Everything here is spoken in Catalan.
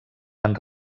van